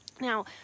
Now